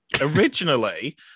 originally